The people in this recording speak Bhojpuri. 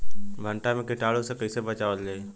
भनटा मे कीटाणु से कईसे बचावल जाई?